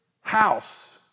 house